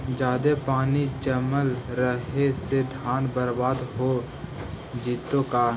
जादे पानी जमल रहे से धान बर्बाद हो जितै का?